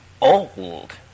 old